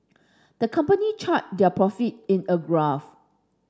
the company charted their profit in a graph